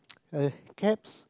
a caps